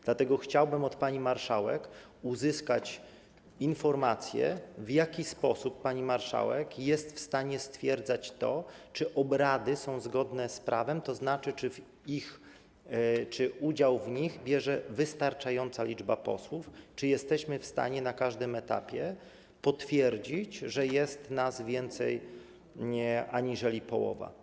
Dlatego chciałbym od pani marszałek uzyskać informację, w jaki sposób pani marszałek jest w stanie stwierdzać to, czy obrady są zgodne z prawem, tzn. czy udział w nich bierze wystarczająca liczba posłów, czy jesteśmy w stanie na każdym etapie potwierdzić, że jest nas więcej aniżeli połowa.